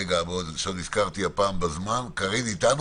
רגע, עכשיו נזכרתי, הפעם בזמן, קארין איתנו?